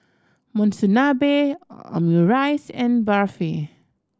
Monsunabe Omurice and Barfi